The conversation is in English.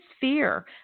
fear